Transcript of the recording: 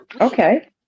Okay